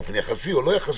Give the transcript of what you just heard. באופן יחסי או לא יחסי,